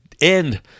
end